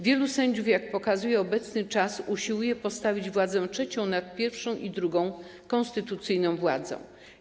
Wielu sędziów, jak pokazuje obecny czas, usiłuje postawić władzę trzecią nad pierwszą i drugą konstytucyjną władzą.